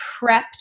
prepped